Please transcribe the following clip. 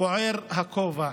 בוער הכובע",